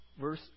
verse